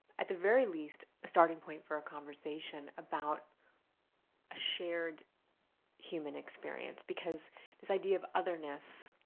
at the very least a starting point for a conversation about a shared human experience because this idea of otherness